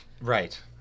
Right